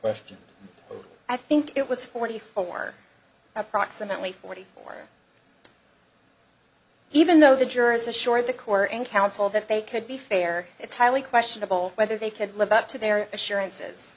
lifting i think it was forty four approximately forty even though the jurors assured the corps and counsel that they could be fair it's highly questionable whether they could live up to their assurances